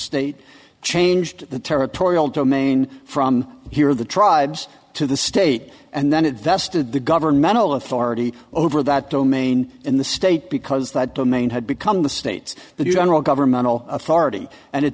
state changed the territorial domain from here the tribes to the state and then it vested the governmental authority over that domain in the state because that domain had become the states the general governmental authority and it